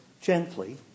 gently